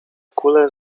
kule